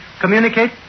communicate